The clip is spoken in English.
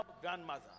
grandmother